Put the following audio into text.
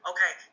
Okay